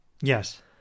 yes